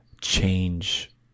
change